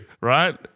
right